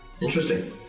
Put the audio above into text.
Interesting